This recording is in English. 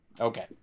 Okay